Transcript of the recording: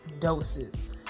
doses